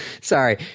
Sorry